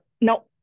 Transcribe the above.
no